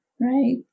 right